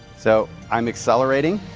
so, i am accelerating.